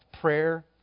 prayer